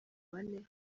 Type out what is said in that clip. bane